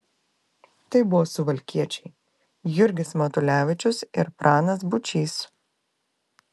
tai buvo suvalkiečiai jurgis matulevičius ir pranas būčys